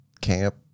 camp